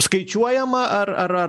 skaičiuojama ar ar ar